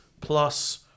plus